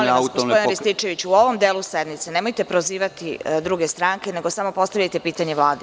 Molim vas, gospodine Rističeviću, u ovom delu sednice nemojte prozivati druge stranke, nego samo postavite pitanje Vladi.